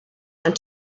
and